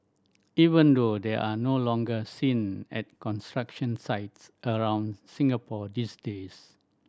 even though they are no longer seen at construction sites around Singapore these days